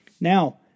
Now